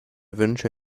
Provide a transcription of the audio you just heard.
wünsche